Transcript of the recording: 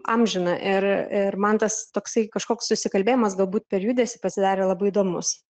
amžina ir ir man tas toksai kažkoks susikalbėjimas galbūt per judesį pasidarė labai įdomus